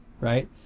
right